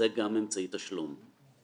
זה גם אמצעי תשלום.